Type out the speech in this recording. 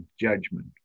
judgment